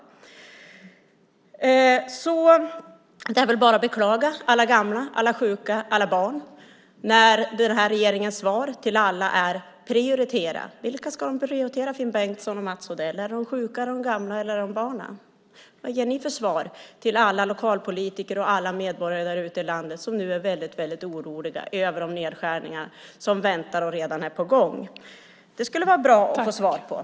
Det är bara att beklaga alla gamla, sjuka och barn när regeringens svar till alla är att de ska prioritera. Vilka ska de prioritera, Finn Bengtsson och Mats Odell? Är det de sjuka, gamla eller barnen? Vad ger ni för svar till de lokalpolitiker och medborgare i landet som nu är oroliga över de nedskärningar som väntar och redan är på gång? Det skulle vara bra att få veta det.